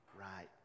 right